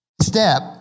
step